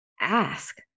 ask